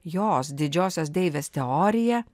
jos didžiosios deivės teorija